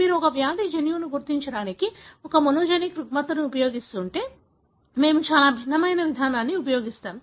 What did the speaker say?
మీరు ఒక వ్యాధి జన్యువును గుర్తించడానికి ఒక మోనోజెనిక్ రుగ్మతను ఉపయోగిస్తుంటే మేము చాలా భిన్నమైన విధానాన్ని ఉపయోగిస్తాము